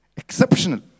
exceptional